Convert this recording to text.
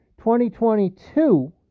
2022